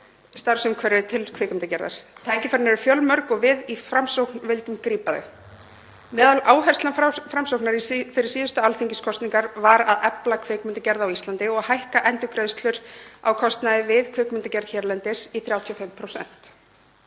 starfsumhverfi til kvikmyndagerðar. Tækifærin eru fjölmörg og við í Framsókn vildum grípa þau. Meðal áherslna Framsóknar fyrir síðustu alþingiskosningar var að efla kvikmyndagerð á Íslandi og hækka endurgreiðslur á kostnaði við kvikmyndagerð hérlendis í 35%.